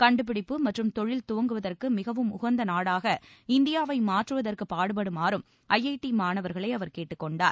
கண்டுபிடிப்பு மற்றும் தொழில் துவங்குவதற்கு மிகவும் உகந்த நாடாக இந்தியாவை மாற்றுவதற்கு பாடுபடுமாறும் ஐஐடி மாணவர்களை அவர் கேட்டுக் கொண்டார்